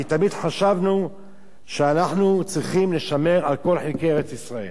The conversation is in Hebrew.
כי תמיד חשבנו שאנחנו צריכים לשמור על חלקי ארץ-ישראל.